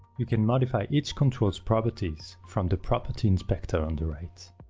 you can modify each control's property from the property inspector on the right.